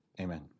amen